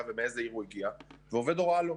ומאיזו עיר הוא הגיע ועובד הוראה לא.